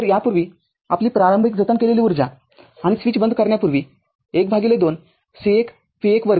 तर यापूर्वी आपली प्रारंभिक जतन केलेली उर्जा आणि स्विच बंद करण्यापूर्वी अर्धा C१ v१२